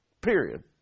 Period